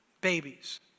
babies